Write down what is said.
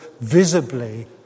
visibly